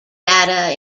data